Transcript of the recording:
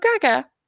gaga